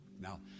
Now